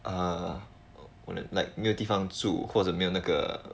err 我我的 like 没有地方住或者没有那个